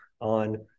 on